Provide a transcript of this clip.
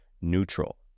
neutral